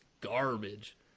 garbage